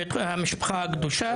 בית החולים המשפחה הקדושה,